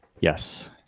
yes